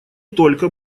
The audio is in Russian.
только